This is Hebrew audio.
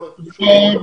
אתם לא משקיעים בבנייה